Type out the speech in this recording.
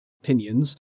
opinions